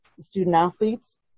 student-athletes